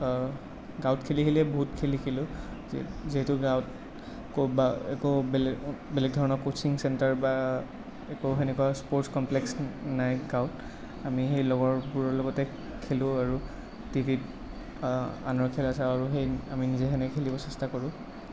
গাঁৱত খেলি খেলিয়েই বহুত খেল শিকিলোঁ যিহেতু গাঁৱত বেলেগ বেলেগ ধৰণৰ ক'চিং চেন্টাৰ বা একো সেনেকুৱা স্প'টৰ্ছ কমপ্লেক্স নাই গাঁৱত আমি সেই লগৰবোৰৰ লগতে খেলোঁ আৰু টিভিত আনৰ খেলা চাওঁ আৰু সেই আমি নিজে সেনেকৈ খেলিব চেষ্টা কৰোঁ